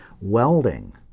welding